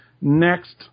next